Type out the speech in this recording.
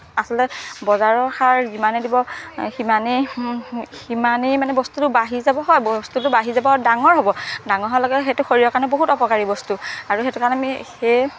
আচলতে বজাৰৰ সাৰ যিমানেই দিব সিমানেই সিমানেই মানে বস্তুটো বাঢ়ি যাব হয় বস্তুটো বাঢ়ি যাব আৰু ডাঙৰ হ'ব ডাঙৰ হোৱাৰ লগে লগে সেইটো শৰীৰৰ কাৰণে বহুত অপকাৰী বস্তু আৰু সেইটো কাৰণে আমি সেই